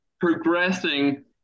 progressing